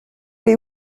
est